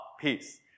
Peace